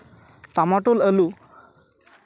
ᱴᱟᱢᱟᱴᱳᱞ ᱟᱹᱞᱩ